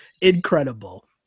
Incredible